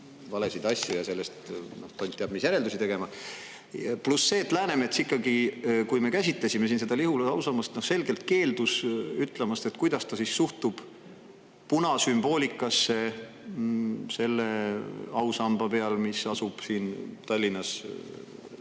valesid asju ja sellest tont teab mis järeldusi tegema. Pluss see, et Läänemets ikkagi, kui me käsitlesime siin seda Lihula ausammast, selgelt keeldus ütlemast, et kuidas ta siis suhtub punasümboolikasse selle ausamba peal, mis asub siin Tallinnas